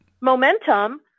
momentum